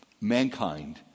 mankind